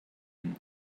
and